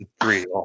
three